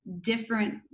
different